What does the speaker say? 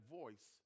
voice